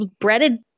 breaded